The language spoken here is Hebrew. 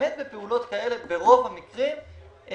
ברוב המקרים,